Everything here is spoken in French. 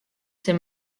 ces